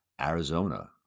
Arizona